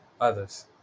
others